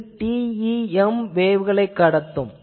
இது TEM அலைகளைக் கடத்தும்